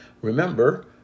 Remember